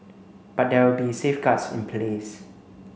but there will be safeguards in place